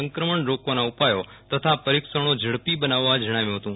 તેમણે સંક્રમણ રોકવાના ઉપાયો તથા પરીક્ષણો ઝડપી બનાવવા જણાવ્યું હતું